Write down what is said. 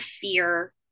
fear